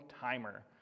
timer